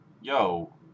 yo